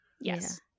Yes